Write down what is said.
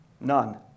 None